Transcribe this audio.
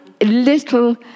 little